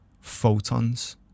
Photons